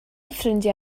ffrindiau